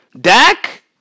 Dak